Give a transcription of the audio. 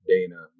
Dana